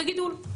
זה גידול.